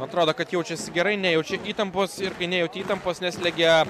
atrodo kad jaučiasi gerai nejaučia įtampos ir kai nejauti įtampos neslegia